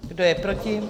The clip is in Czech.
Kdo je proti?